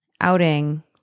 outing